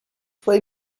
play